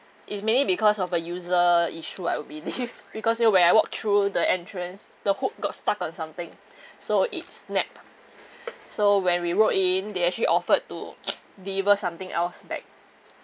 it's mainly because of a user issue I would believe because you know when I walk through the entrance the hook got stuck on something so it snapped so when we wrote in they actually offered to deliver something else back